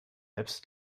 apps